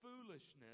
foolishness